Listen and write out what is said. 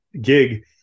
gig